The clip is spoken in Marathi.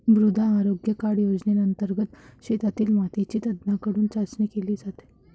मृदा आरोग्य कार्ड योजनेंतर्गत शेतातील मातीची तज्ज्ञांकडून चाचणी केली जाते